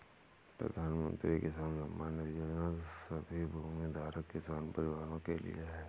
प्रधानमंत्री किसान सम्मान निधि योजना सभी भूमिधारक किसान परिवारों के लिए है